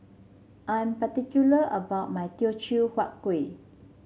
I'm particular about my Teochew Huat Kueh